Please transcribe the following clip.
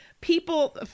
people